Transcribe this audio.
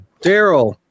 Daryl